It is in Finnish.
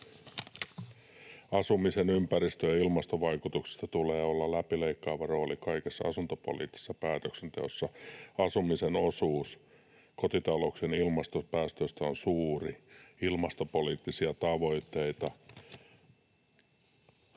”Asumisen ympäristö- ja ilmastovaikutuksilla tulee olla läpileikkaava rooli kaikessa asuntopoliittisessa päätöksenteossa.” ”Asumisen osuus kotitalouksien ilmastopäästöistä on suuri.” ”Ilmastopoliittisia tavoitteita.”